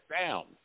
down